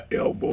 elbow